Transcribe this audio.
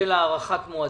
הארכת מועדים,